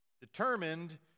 determined